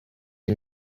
and